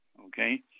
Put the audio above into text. okay